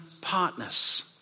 partners